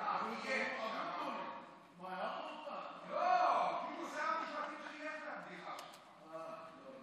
אחרי כזה נאום רציני לא הייתי מוסיף את הבדיחה הזו.